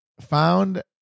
found